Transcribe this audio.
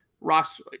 Ross